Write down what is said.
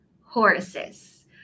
Horses